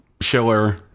Schiller